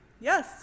yes